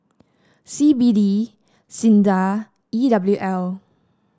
C B D SINDA E W L